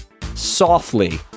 softly